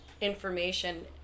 information